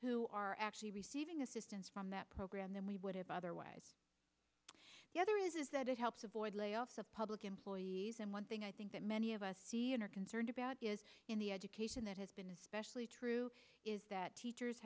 who are actually receiving assistance from that program than we would have otherwise the other is that it helps avoid layoffs of public employees and one thing i think that many of us ian are concerned about is in the education that has been especially true is that teachers